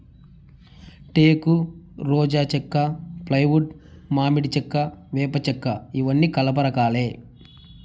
టేకు, రోజా చెక్క, ఫ్లైవుడ్, మామిడి చెక్క, వేప చెక్కఇవన్నీ కలప రకాలే